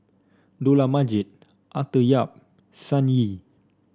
Dollah Majid Arthur Yap Sun Yee